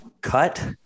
cut